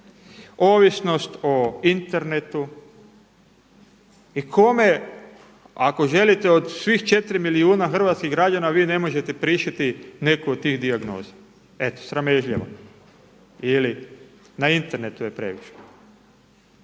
ovisnost o internetu. I kome, ako želite od svih 4 milijuna hrvatskih građana vi ne možete prišiti neku od tih dijagnoza, eto sramežljiva ili na internetu je previše.